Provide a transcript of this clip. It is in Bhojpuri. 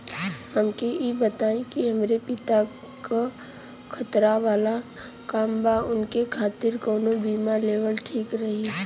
हमके ई बताईं कि हमरे पति क खतरा वाला काम बा ऊनके खातिर कवन बीमा लेवल ठीक रही?